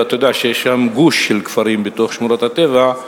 ואתה יודע שיש שם גוש של כפרים בתוך שמורת הטבע,